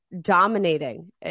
dominating